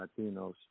Latinos